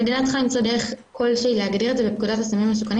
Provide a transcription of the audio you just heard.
המדינה צריכה למצוא דרך כלשהי להגדיר את זה בפקודת הסמים המסוכנים